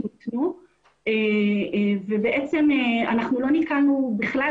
לא נתקלנו בכלל,